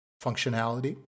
functionality